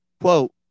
quote